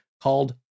called